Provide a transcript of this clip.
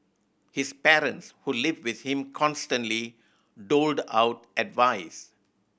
his parents who live with him constantly doled out advice